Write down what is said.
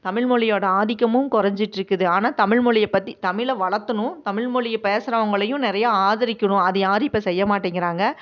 தமிழ் மொழியோட ஆதிக்கமும் குறஞ்சிட்டுருக்குது ஆனால் தமிழ் மொழியை பற்றி தமிழை வளர்த்துணும் தமிழ் மொழியை பேசறவங்களையும் நிறைய ஆதரிக்கணும் அது யாரும் இப்போ செய்யமாட்டேங்கிறாங்க